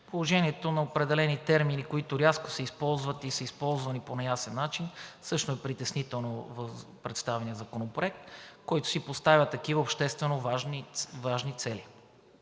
Положението на определени термини, които рязко се използват и са използвани по неясен начин, също е притеснително в представения законопроект, който си поставя такива обществено важни цели.